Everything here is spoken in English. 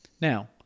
now